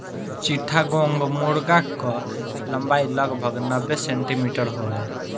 चिट्टागोंग मुर्गा कअ लंबाई लगभग नब्बे सेंटीमीटर होला